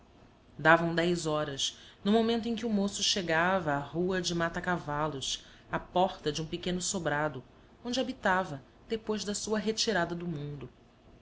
davam dez horas no momento em que o moço chegava à rua de matacavalos à porta de um pequeno sobrado onde habitava depois da sua retirada do mundo